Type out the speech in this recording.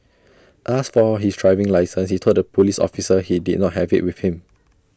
asked for his driving licence he told the Police officer he did not have IT with him